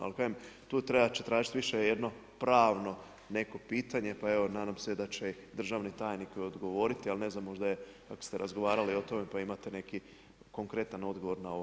Ali kažem, tu će trebati tražiti više jedno pravno neko pitanje pa evo nadam se da će državni tajnik i odgovoriti, ali ne znam možda je ako ste razgovarali o tome pa imate neki konkretan odgovor na ovo.